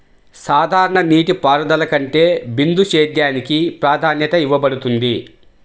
సాధారణ నీటిపారుదల కంటే బిందు సేద్యానికి ప్రాధాన్యత ఇవ్వబడుతుంది